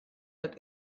that